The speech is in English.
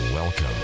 Welcome